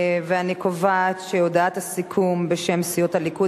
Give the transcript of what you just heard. ואני קובעת שהודעת הסיכום בשם סיעות הליכוד,